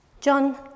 John